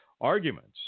arguments